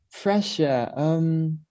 Pressure